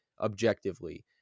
objectively